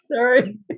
Sorry